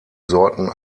sorten